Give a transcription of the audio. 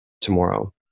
tomorrow